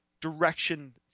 direction